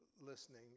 listening